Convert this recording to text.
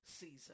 season